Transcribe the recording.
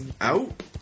out